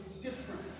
different